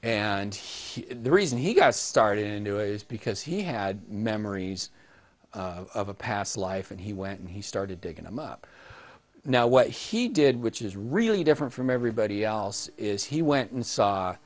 he the reason he got started in two ways because he had memories of a past life and he went and he started digging them up now what he did which is really different from everybody else is he went and saw